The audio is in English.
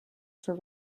for